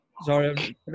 Sorry